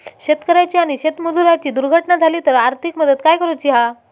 शेतकऱ्याची आणि शेतमजुराची दुर्घटना झाली तर आर्थिक मदत काय करूची हा?